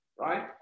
right